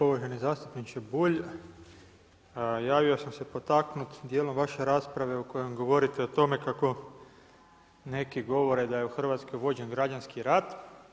Uvaženi zastupniče Bulj, javio sam se potaknut dijelom vaše rasprave u kojoj govorite o tome kako neki govore da je u Hrvatskoj vođen građanski rat.